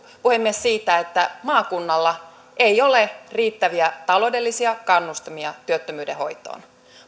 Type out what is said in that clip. puhemies siitä että maakunnalla ei ole riittäviä taloudellisia kannustimia työttömyyden hoitoon